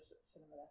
cinema